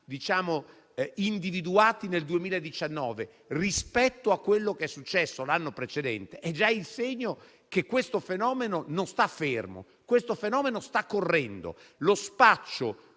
individuati nel 2019 rispetto a quello che è successo l'anno precedente è già il segno che questo fenomeno non sta fermo, ma sta correndo. Lo spaccio